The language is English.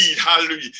hallelujah